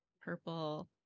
purple